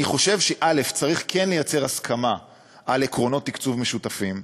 אני חושב שצריך כן לייצר הסכמה על עקרונות תקצוב משותפים.